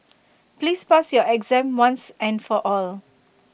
please pass your exam once and for all